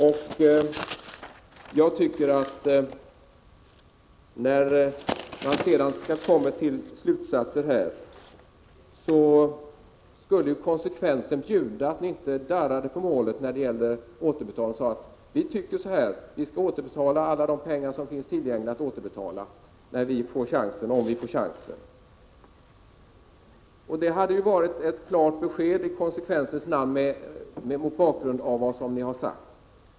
När ni sedan drar era slutsatser skulle konsekvensen också bjuda att ni inte darrade på målet när det gäller återbetalningen utan sade: Vi tycker att man skall återbetala alla de pengar som finns tillgängliga att återbetala, när och om vi får chansen. Det skulle ju vara ett klart besked i konsekvensens namn mot bakgrund av vad ni sagt.